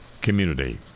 community